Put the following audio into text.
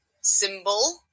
symbol